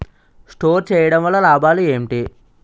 Store చేయడం వల్ల లాభాలు ఏంటి?